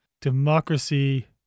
democracy